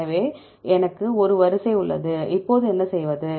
எனவே எனக்கு ஒரு வரிசை உள்ளது இப்போது என்ன செய்வது